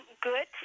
good